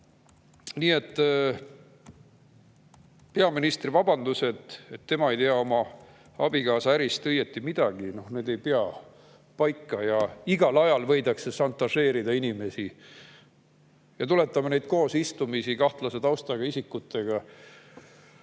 Nii et peaministri vabandused, et tema ei tea oma abikaasa ärist õieti midagi, ei pea paika. Igal ajal võidakse inimesi šantažeerida. Tuletame meelde neid koosistumisi kahtlase taustaga isikutega,